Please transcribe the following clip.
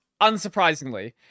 unsurprisingly